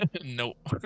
Nope